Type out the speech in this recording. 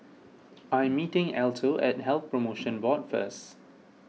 I am meeting Alto at Health Promotion Board first